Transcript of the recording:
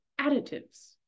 additives